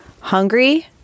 Hungry